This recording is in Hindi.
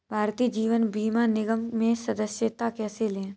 भारतीय जीवन बीमा निगम में सदस्यता कैसे लें?